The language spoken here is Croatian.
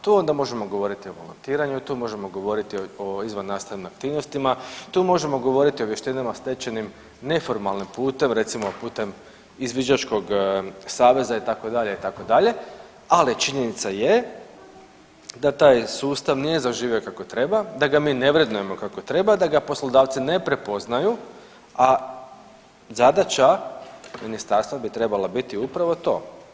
Tu onda možemo govoriti o volontiranju, tu možemo govoriti o izvannastavnim aktivnostima, tu možemo govoriti o vještinama stečenim neformalnim putem, recimo putem izviđačkog saveza itd., itd., ali činjenica je da taj sustav nije zaživio kako treba, da ga mi ne vrednujemo kako treba, da ga poslodavci ne prepoznaju, a zadaća ministarstva bi trebala biti upravo to.